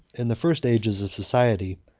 in the first ages of society,